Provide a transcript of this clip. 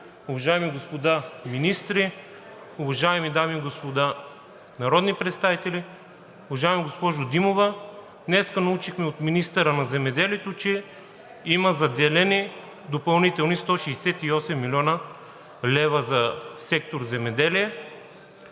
уважаеми господа министри, уважаеми дами и господа народни представители! Уважаема госпожо Димова, днес научихме от министъра на земеделието, че има заделени допълнителни 168 млн. лв. за сектор „Земеделие“.